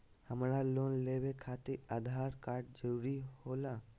हमरा लोन लेवे खातिर आधार कार्ड जरूरी होला?